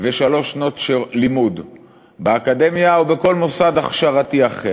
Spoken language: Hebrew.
ושלוש שנות לימוד באקדמיה או בכל מוסד הכשרתי אחר,